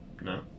No